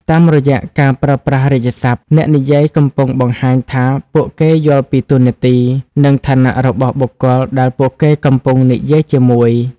តាមរយៈការប្រើប្រាស់រាជសព្ទ អ្នកនិយាយកំពុងបង្ហាញថាពួកគេយល់ពីតួនាទី និងឋានៈរបស់បុគ្គលដែលពួកគេកំពុងនិយាយជាមួយ។